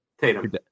Tatum